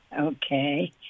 Okay